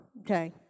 Okay